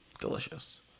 Delicious